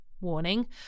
Warning